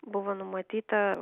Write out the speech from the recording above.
buvo numatyta